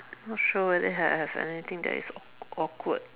not sure whether have anything that is awkward